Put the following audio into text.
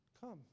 come